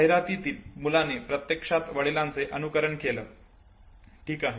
जाहिरातीतील मुलाने प्रत्यक्षात वडिलांचे अनुकरण केल ठीक आहे